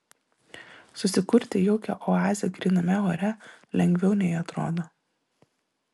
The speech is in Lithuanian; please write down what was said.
susikurti jaukią oazę gryname ore lengviau nei atrodo